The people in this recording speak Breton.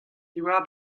diwar